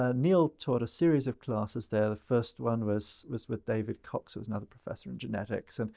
ah neil taught a series of classes there. the first one was was with david cox who was another professor in genetics. and